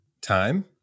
time